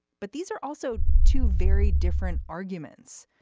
but these are also two very different arguments.